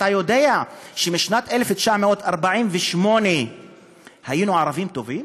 אתה יודע שמשנת 1948 היינו ערבים טובים?